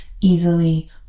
easily